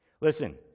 Listen